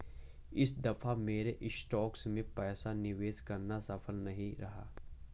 इस दफा मेरा स्टॉक्स में पैसा निवेश करना सफल नहीं रहा